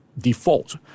default